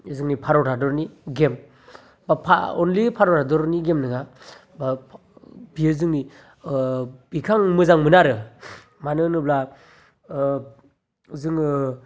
जोंनि भारत हादरनि गेम बा फा अनलि भारत हादरनि गेम नङा बा बियो जोंनि ओ बिखौ आं मोजां मोना आरो मानो होनोब्ला ओ जोङो